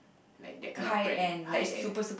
like that kind of brand high end